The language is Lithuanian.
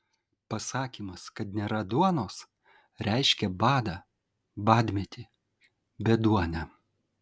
pasakymas kad nėra duonos reiškė badą badmetį beduonę